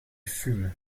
fume